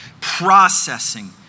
processing